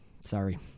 Sorry